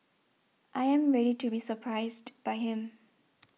I am ready to be surprised by him